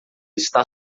está